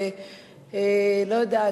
לא יודעת,